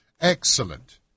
Excellent